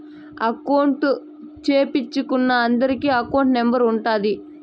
account సేపిచ్చుకున్నా అందరికి account number ఉంటాది